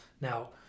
Now